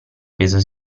peso